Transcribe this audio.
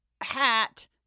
hat